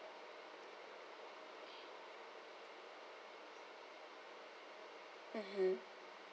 mmhmm